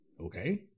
Okay